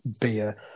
beer